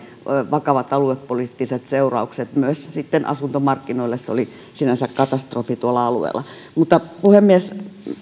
vakavat aluepoliittiset seuraukset myös asuntomarkkinoille se oli sinänsä katastrofi tuolla alueella mutta puhemies